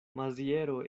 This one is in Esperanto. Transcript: maziero